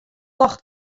ljocht